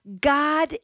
God